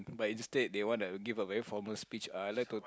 but instead they want to like give a very formal speech ah I like to